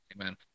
Amen